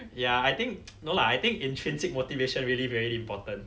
ya I think no lah I think intrinsic motivation really very important